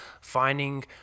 finding